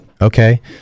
Okay